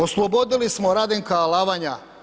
Oslobodili smo Radenka Alavanja.